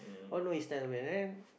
all know he's